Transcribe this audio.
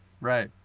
Right